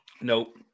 Nope